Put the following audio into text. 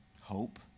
Hope